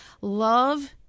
Love